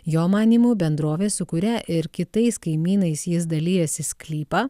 jo manymu bendrovė su kuria ir kitais kaimynais jis dalijasi sklypą